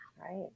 right